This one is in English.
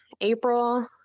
April